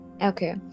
Okay